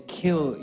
kill